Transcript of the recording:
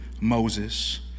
moses